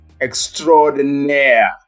extraordinaire